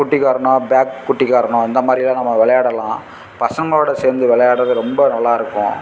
குட்டிக்கரணம் back குட்டிக்கரணம் இந்த மாதிரிலாம் நம்ம விளையாடலாம் பசங்களோடு சேர்ந்து விளையாட்றது ரொம்ப நல்லாயிருக்கும்